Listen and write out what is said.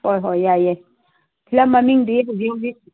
ꯍꯣꯏ ꯍꯣꯏ ꯌꯥꯏꯌꯦ ꯐꯤꯂꯝ ꯃꯃꯤꯡꯗꯤ ꯍꯧꯖꯤꯛ ꯍꯧꯖꯤꯛ